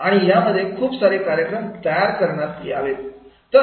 आणि यामध्ये खूप सारे कार्यक्रम तयार करणारे असावेत